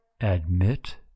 Admit